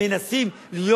שמנסים להיות